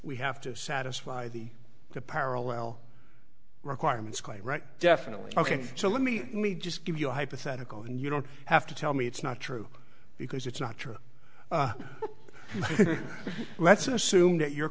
we have to satisfy the parallel requirements quite right definitely ok so let me let me just give you a hypothetical and you don't have to tell me it's not true because it's not true but let's assume that your